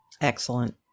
Excellent